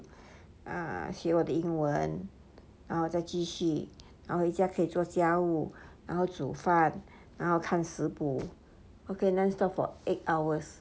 ah 学我的英文再继续然后回家可以做家务然后煮饭然后看食谱 okay let's talk for eight hours